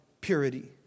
purity